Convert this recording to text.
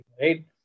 right